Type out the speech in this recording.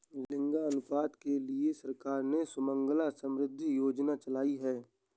लिंगानुपात के लिए सरकार ने सुकन्या समृद्धि योजना चलाई है